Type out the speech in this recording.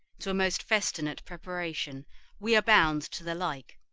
to a most festinate preparation we are bound to the like.